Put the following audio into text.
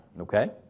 okay